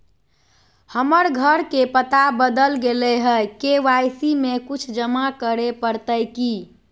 हमर घर के पता बदल गेलई हई, के.वाई.सी में कुछ जमा करे पड़तई की?